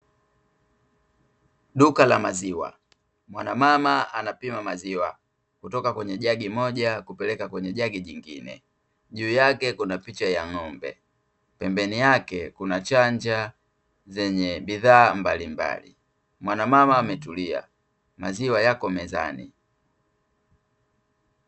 Duka la maziwa, mwanamama anapima maziwa kutoka kwenye jagi moja kupeleka kwenye jagi jingine, juu yake kuna picha ya ng'ombe pembeni yake kuna chanja zenye bidhaa mbalimbali. Mwanamama ametulia, maziwa yako mezani.